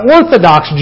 Orthodox